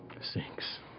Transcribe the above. sinks